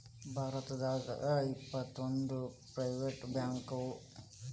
ಭಾರತದಾಗ ಇಪ್ಪತ್ತೊಂದು ಪ್ರೈವೆಟ್ ಬ್ಯಾಂಕವ